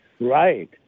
Right